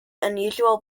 unusual